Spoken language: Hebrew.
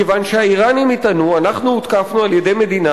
מכיוון שהאירנים יטענו: אנחנו הותקפנו על-ידי מדינה